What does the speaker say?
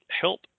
help